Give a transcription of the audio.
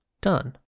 Done